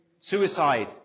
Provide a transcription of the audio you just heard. suicide